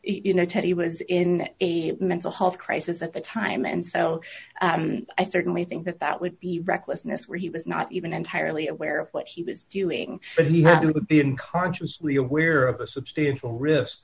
you know teddy was in a mental health crisis at the time and so i certainly think that that would be recklessness where he was not even entirely aware of what he was doing but he had been consciously aware of a substantial risk